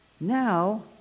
now